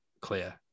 clear